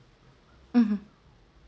mmhmm